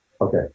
Okay